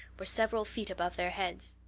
were several feet above their heads.